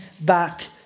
back